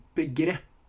begrepp